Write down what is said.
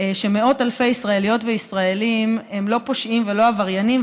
שמאות אלפי ישראליות וישראלים הם לא פושעים ולא עבריינים,